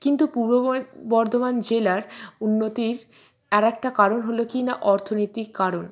কিন্তু পূর্ব বর্ধমান জেলার উন্নতির আরেকটা কারণ হলো কি না অর্থনীতিক কারণ